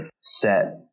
set